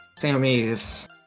Sammy's